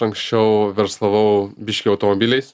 anksčiau verslavau biškį automobiliais